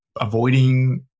avoiding